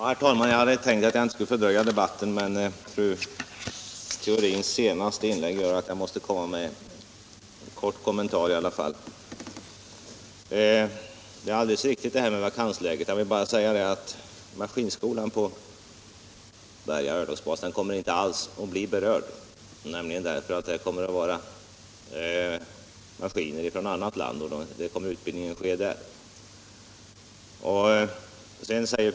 Herr talman! Jag hade inte tänkt förlänga debatten, men fru Theorins senaste inlägg gör att jag måste komma med en kort kommentar. Uppgifterna om vakansläget är alldeles riktiga. Men maskinskolan på Berga örlogsskolor kommer inte alls att bli berörd, eftersom maskinerna köps från annat land och utbildningen kommer att ske där.